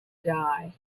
die